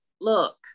look